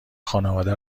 خانواده